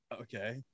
Okay